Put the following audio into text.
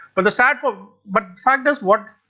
but the sort of but fact is what,